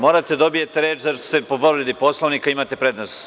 Morate da dobijete reč zato što ste po povredi Poslovnika, imate prednost.